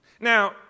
Now